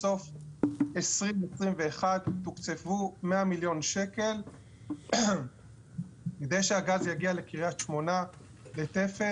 בסוף 2021 תוקצבו 100,000,000 ₪ כדי שהגז יגיע לקריית שמונה ותפן,